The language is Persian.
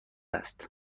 است